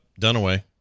Dunaway